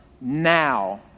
now